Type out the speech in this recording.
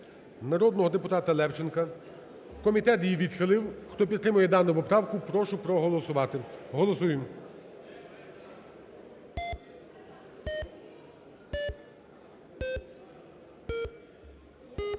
народного депутата Левченка. Комітет її відхилив. Хто підтримує дану поправку, прошу проголосувати. Голосуємо.